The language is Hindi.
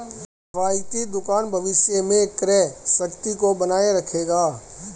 किफ़ायती दुकान भविष्य में क्रय शक्ति को बनाए रखेगा